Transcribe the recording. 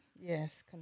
Yes